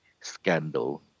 scandal